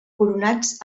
coronats